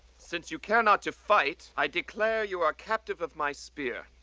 since you care not to fight, i declare you are captive of my spear.